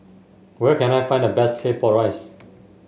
where can I find the best Claypot Rice